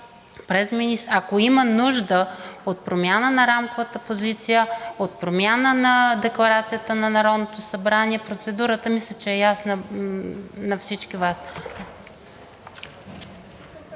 ако има нужда от промяна на рамковата позиция, от промяна на декларацията на Народното събрание. Процедурата мисля, че е ясна на всички Вас.